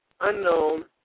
unknown